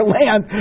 land